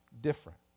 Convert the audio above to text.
different